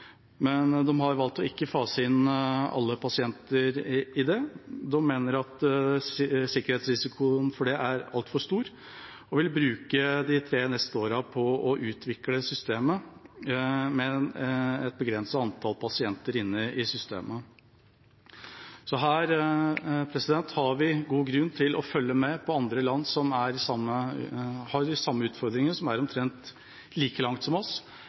men de har valgt ikke å fase inn alle pasienter i det. De mener at sikkerhetsrisikoen for det er altfor stor, og vil bruke de tre neste årene på å utvikle systemet med et begrenset antall pasienter inne i det. Her har vi god grunn til å følge med på andre land som har de samme utfordringene, som er kommet omtrent like langt som oss,